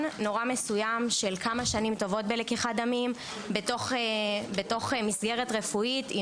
נורא מסוים של כמה שנים טובות בלקיחת דמים בתוך מסגרת רפואית,